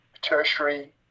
tertiary